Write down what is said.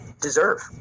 deserve